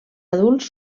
adults